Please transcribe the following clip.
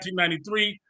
1993